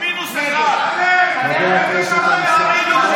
אתה מינוס 1. אתה מינוס אפס,